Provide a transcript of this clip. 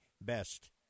best